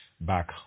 back